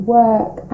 work